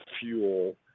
fuel